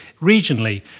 regionally